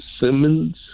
Simmons